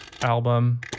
album